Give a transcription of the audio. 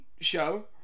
show